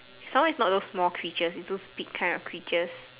some more is not those small creatures is those big kind of creatures